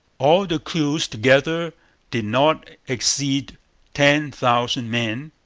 all the crews together did not exceed ten thousand men,